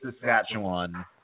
Saskatchewan